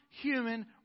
human